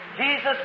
Jesus